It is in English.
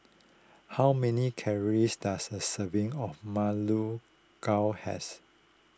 how many calories does a serving of Ma Lu Gao has